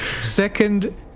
Second